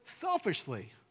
selfishly